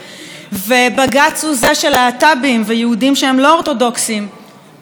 ובג"ץ הוא שלהט"בים ויהודים שהם לא אורתודוקסים פונים אליו,